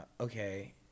okay